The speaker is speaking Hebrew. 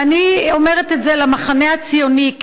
אני אומרת את זה למחנה הציוני,